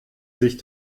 sich